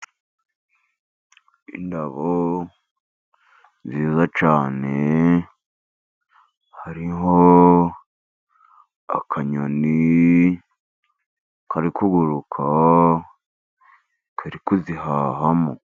Indabo nziza cyane hariho akanyoni kari kuguruka kari kuzihahamo.